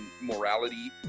morality